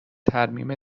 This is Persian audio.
ترمیم